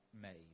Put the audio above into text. made